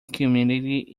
community